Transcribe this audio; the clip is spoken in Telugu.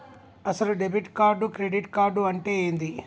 అసలు డెబిట్ కార్డు క్రెడిట్ కార్డు అంటే ఏంది?